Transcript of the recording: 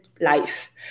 life